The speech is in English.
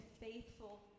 faithful